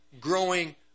growing